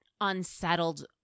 unsettled